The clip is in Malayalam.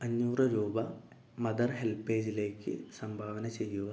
അഞ്ഞൂറ് രൂപ മദർ ഹെൽപ്പേജിലേക്ക് സംഭാവന ചെയ്യുക